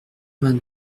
vingt